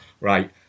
right